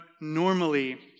normally